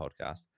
podcast